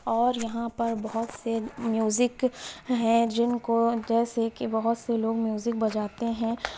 اور یہاں پر بہت سے میوزک ہیں جن کو جیسے کہ بہت سے لوگ میوزک بجاتے ہیں